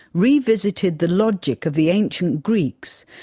revisited the logic of the ancient greeks,